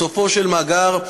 בסופו של דבר,